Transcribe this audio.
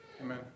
Amen